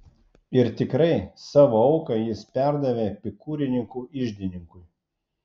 ir tikrai savo auką jis perdavė epikūrininkų iždininkui